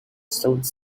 stones